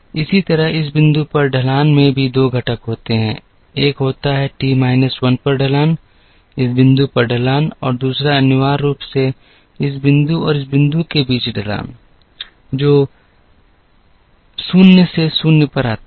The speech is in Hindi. इसी तरह इस बिंदु पर ढलान में भी 2 घटक होते हैं एक होता है टी माइनस 1 पर ढलान इस बिंदु पर ढलान और दूसरा अनिवार्य रूप से इस बिंदु और इस बिंदु के बीच ढलान जो शून्य से शून्य पर आता है